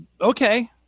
Okay